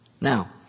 Now